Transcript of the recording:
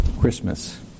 Christmas